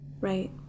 Right